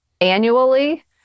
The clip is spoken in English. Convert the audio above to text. annually